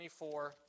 24